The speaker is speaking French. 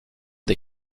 des